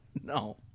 No